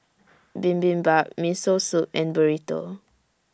Bibimbap Miso Soup and Burrito